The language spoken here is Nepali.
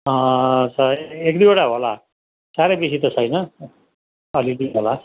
सय एक दुईवटा होला साह्रै बेसी त छैन अलिअलि होला